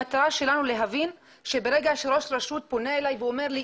המטרה שלנו להבין שברגע שראש רשות פונה אליי ואומר לי,